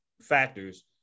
factors